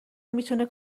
میتونه